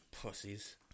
Pussies